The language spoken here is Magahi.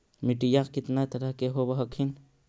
मिट्टीया कितना तरह के होब हखिन?